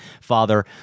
father